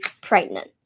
pregnant